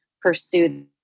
pursue